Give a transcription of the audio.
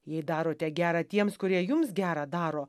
jei darote gera tiems kurie jums gera daro